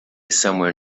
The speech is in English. somewhere